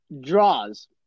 Draws